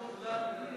את כולן.